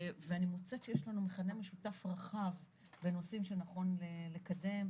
ואני מוצאת שיש לנו מכנה משותף רחב בנושאים שנכון לקדם,